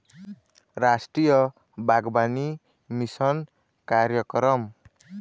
रास्टीय बागबानी मिसन कार्यकरम